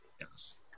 Yes